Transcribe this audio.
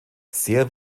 sehr